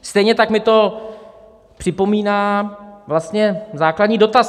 Stejně tak mi to připomíná vlastně základní dotaz.